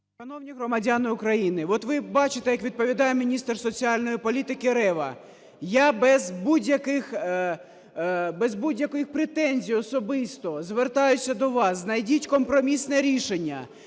Шановні громадяни України, от ви бачите, як відповідає міністр соціальної політики Рева. Я без будь-яких претензій особисто звертаюся до вас: знайдіть компромісне рішення.